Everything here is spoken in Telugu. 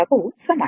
కు సమానం